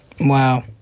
Wow